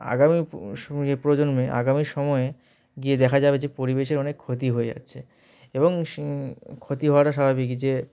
আগামী স প্রজন্মে আগামী সময়ে গিয়ে দেখা যাবে যে পরিবেশের অনেক ক্ষতি হয়ে যাচ্ছে এবং সে ক্ষতি হওয়াটা স্বাভাবিক যে